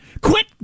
Quit